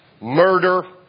murder